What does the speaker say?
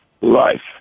life